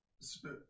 Spit